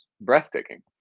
breathtaking